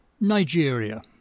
Nigeria